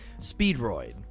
Speedroid